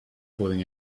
fooling